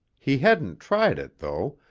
he hadn't tried it, though,